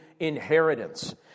Inheritance